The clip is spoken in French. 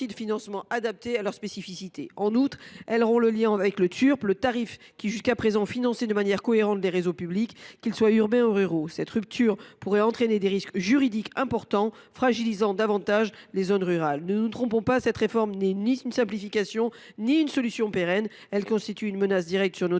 de financement adaptées à leurs spécificités. En outre, elle rompt le lien avec le tarif d’utilisation des réseaux publics d’électricité (Turpe), qui finance jusqu’à présent de manière cohérente les réseaux publics, qu’ils soient urbains ou ruraux. Cette rupture pourrait entraîner des risques juridiques importants, fragilisant davantage les zones rurales. Ne nous y trompons pas, cette réforme n’est ni une simplification ni une solution pérenne. Elle constitue une menace directe sur nos